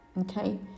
Okay